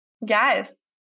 Yes